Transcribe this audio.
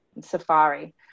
safari